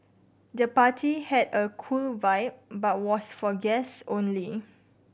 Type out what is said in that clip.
the party had a cool vibe but was for guests only